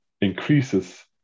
increases